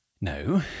No